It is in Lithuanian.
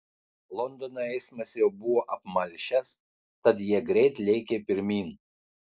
londono eismas jau buvo apmalšęs tad jie greit lėkė pirmyn